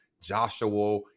Joshua